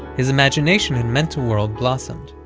his imagination and mental world blossomed.